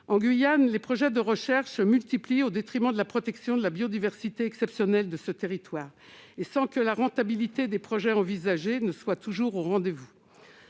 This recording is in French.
En Guyane, les projets de recherches se multiplient, au détriment de la protection de la biodiversité exceptionnelle de ce territoire, et sans que la rentabilité des projets- je ne parle pas de rentabilité privée -soit toujours au rendez-vous.